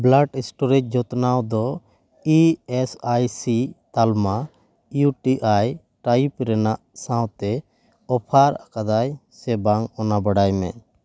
blood storage ᱡᱚᱛᱱᱟᱣᱫᱚ E S I C ᱛᱟᱞᱢᱟ U T I type ᱨᱮᱱᱟᱜ ᱥᱟᱶᱛᱮ ᱚᱯᱷᱟᱨ ᱟᱠᱟᱫᱟ ᱥᱮ ᱵᱟᱝ ᱚᱱᱟ ᱵᱟᱲᱟᱭ ᱢᱮ